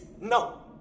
No